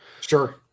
Sure